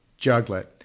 juglet